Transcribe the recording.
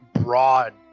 broad